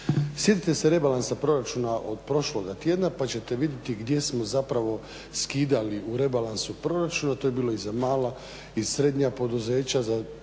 Sjetite se rebalansa proračuna od prošlog tjedna pa ćete vidjeti gdje smo zapravo skidali u rebalansu proračuna, to je bilo i za mala i srednja poduzeća,